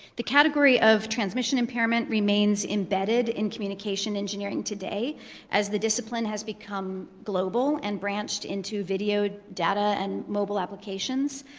the category of transmission impairment remains embedded in communication engineering today as the discipline has become global and branched into video, data, and mobile applications,